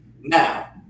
Now